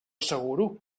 asseguro